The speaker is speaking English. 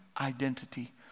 identity